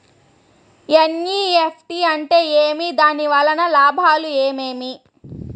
NEFT అంటే ఏమి? దాని వలన లాభాలు ఏమేమి